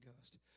Ghost